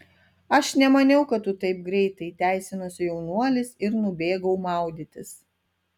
aš nemaniau kad tu taip greitai teisinosi jaunuolis ir nubėgau maudytis